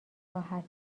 راحت